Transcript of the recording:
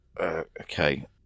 okay